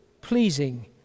pleasing